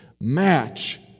match